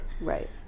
Right